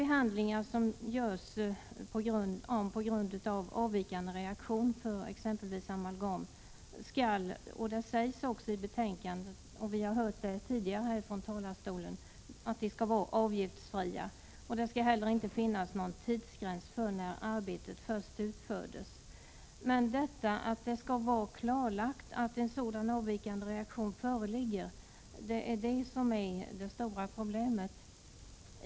Behandlingar som görs på grund av avvikande reaktion för exempelvis amalgam skall vara avgiftsfria. Det sägs också i betänkandet, och vi har hört det tidigare här från talarstolen. Det skall inte heller finnas någon tidsgräns beroende av när arbetet först utfördes. Men det stora problemet är att det skall vara klarlagt att en sådan avvikande reaktion föreligger.